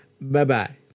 Bye-bye